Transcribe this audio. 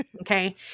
Okay